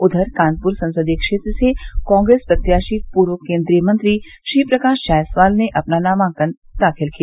उधर कानपुर संसदीय क्षेत्र से कांग्रेस प्रत्याशी पूर्व केन्द्रीय मंत्री श्रीप्रकाश जायसवाल ने अपना नामांकन दाखिल किया